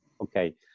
okay